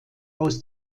aus